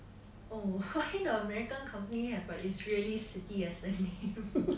oh why the american company has a israeli city as the name